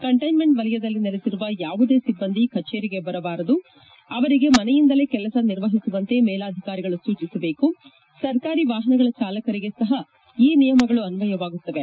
ಕಂಟ್ಲೆನ್ಲೆಂಟ್ ವಲಯದಲ್ಲಿ ನೆಲೆಸಿರುವ ಯಾವುದೇ ಸಿಬ್ಲಂದಿ ಕಚೇರಿಗೆ ಬರಬಾರದು ಅವರಿಗೆ ಮನೆಯಿಂದಲೇ ಕೆಲಸ ನಿರ್ವಹಿಸುವಂತೆ ಮೇಲಾಧಿಕಾರಿಗಳು ಸೂಚಿಸಬೇಕು ಸರ್ಕಾರಿ ವಾಹನಗಳ ಚಾಲಕರಿಗೆ ಸಹ ಈ ನಿಯಮಗಳು ಅನ್ವಯವಾಗುತ್ತದೆ